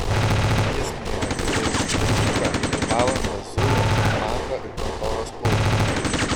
jis nuėjo į laivų statyklą ir valandą zujo tarp lango ir kontoros pulto